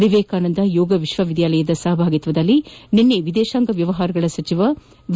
ವಿವೇಕಾನಂದ ಯೋಗ ವಿಶ್ವವಿದ್ಯಾಲಯದ ಸಹಯೋಗದೊಂದಿಗೆ ನಿನ್ನೆ ವಿದೇಶಾಂಗ ವ್ಯವಹಾರಗಳ ಸಚಿವ ವಿ